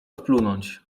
splunąć